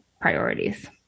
priorities